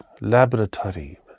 laboratory